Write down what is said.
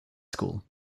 school